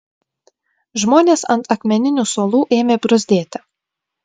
žmonės ant akmeninių suolų ėmė bruzdėti